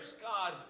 God